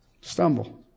stumble